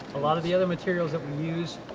a lot of the other materials that we use,